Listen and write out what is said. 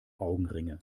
augenringe